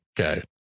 Okay